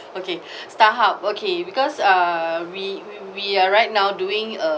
okay starhub okay because uh we we are right now doing a